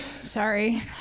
Sorry